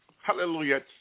hallelujah